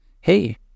hey